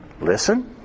Listen